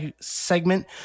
segment